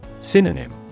Synonym